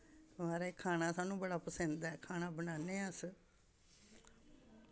म्हाराज खाना सानूं बड़ा पसंद ऐ खाना बनान्ने आं अस